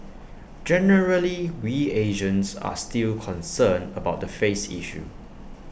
generally we Asians are still concerned about the face issue